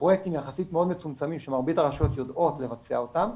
בפרויקטים יחסית מאוד מצומצמים שמרבית הרשויות יודעות לבצע אותם,